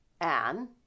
Anne